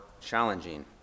challenging